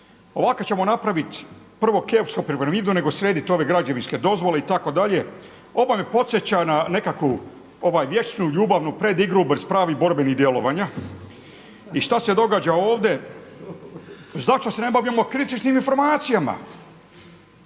Ovako ćemo napraviti prvo Keopsovu piramidu nego srediti ove građevinske dozvole itd., ovo me podsjeća na nekakvu vječnu ljubavnu predigru bez pravih borbenih djelovanja. I šta se događa ovdje? Zašto se ne bavimo kritičnim informacijama?